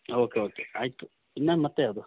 okay okay ಆಯಿತು ಇನ್ನು ಮತ್ತೆ ಯಾವುದು